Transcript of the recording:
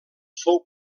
fou